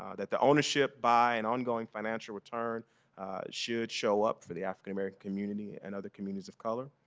ah that the ownership by and on going financial return should show up for the african-american community and other communities of color.